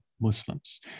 Muslims